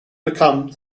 become